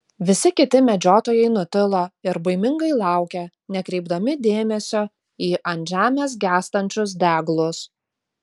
visi kiti medžiotojai nutilo ir baimingai laukė nekreipdami dėmesio į ant žemės gęstančius deglus